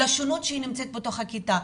לשונות שנמצאת בכיתה.